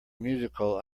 musical